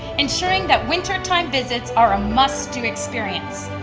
ensuring that wintertime visits are a must-do experience.